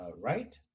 right